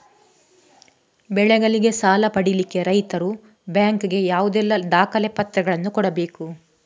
ಬೆಳೆಗಳಿಗೆ ಸಾಲ ಪಡಿಲಿಕ್ಕೆ ರೈತರು ಬ್ಯಾಂಕ್ ಗೆ ಯಾವುದೆಲ್ಲ ದಾಖಲೆಪತ್ರಗಳನ್ನು ಕೊಡ್ಬೇಕು?